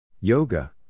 Yoga